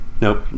Nope